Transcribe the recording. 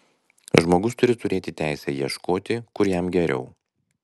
žmogus turi turėti teisę ieškoti kur jam geriau